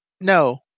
No